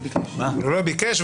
הוא לא ביקש,